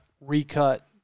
recut